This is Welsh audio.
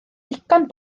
ddigon